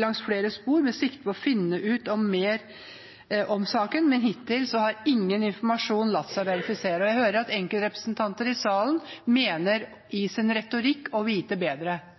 langs flere spor med sikte på å finne ut mer om saken, men hittil har ingen informasjon latt seg verifisere. Jeg hører at enkeltrepresentanter i salen mener – i